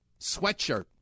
sweatshirt